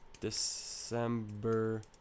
December